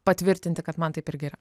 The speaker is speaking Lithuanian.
patvirtinti kad man taip irgi yra